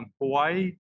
Hawaii